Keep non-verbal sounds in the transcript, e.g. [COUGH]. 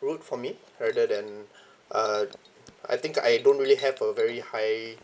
route for me rather than [BREATH] uh I think I don't really have a very high